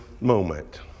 moment